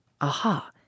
Aha